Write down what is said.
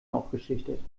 aufgeschichtet